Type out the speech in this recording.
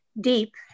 deep